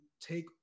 take